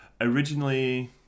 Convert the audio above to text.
Originally